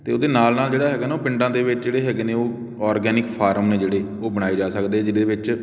ਅਤੇ ਉਹਦੇ ਨਾਲ ਨਾਲ ਜਿਹੜਾ ਹੈਗਾ ਨਾ ਉਹ ਪਿੰਡਾਂ ਦੇ ਵਿੱਚ ਜਿਹੜੇ ਹੈਗੇ ਨੇ ਉਹ ਔਰਗੈਨਿਕ ਫਾਰਮ ਨੇ ਜਿਹੜੇ ਉਹ ਬਣਾਏ ਜਾ ਸਕਦੇ ਜਿਹਦੇ ਵਿੱਚ